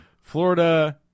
florida